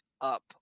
up